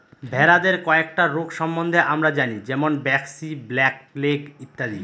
ভেড়াদের কয়েকটা রোগ সম্বন্ধে আমরা জানি যেমন ব্র্যাক্সি, ব্ল্যাক লেগ ইত্যাদি